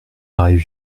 pareille